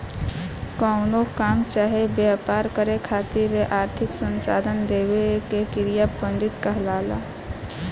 कवनो काम चाहे व्यापार करे खातिर आर्थिक संसाधन देवे के क्रिया फंडिंग कहलाला